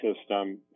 system